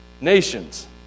nations